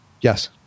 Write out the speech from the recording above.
Yes